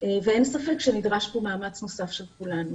ואין ספק שנדרש פה מאמץ נוסף של כולנו,